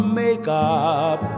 makeup